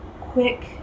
quick